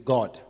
God